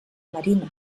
marina